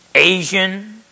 Asian